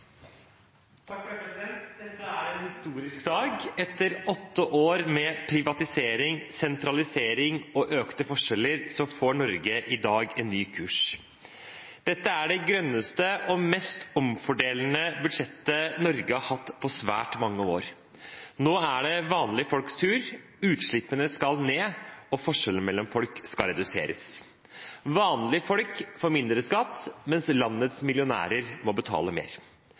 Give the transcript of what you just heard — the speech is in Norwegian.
Dette er en historisk dag. Etter åtte år med privatisering, sentralisering og økte forskjeller får Norge i dag en ny kurs. Dette er det grønneste og mest omfordelende budsjettet Norge har hatt på svært mange år. Nå er det vanlige folks tur, utslippene skal ned, og forskjellene mellom folk skal reduseres. Vanlige folk får mindre skatt, mens landets millionærer må betale mer.